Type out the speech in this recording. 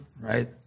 Right